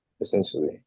essentially